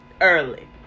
early